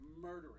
murdering